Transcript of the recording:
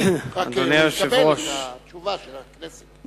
רק הוא יקבל את התשובה של הכנסת.